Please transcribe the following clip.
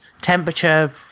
Temperature